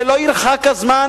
שלא ירחק הזמן,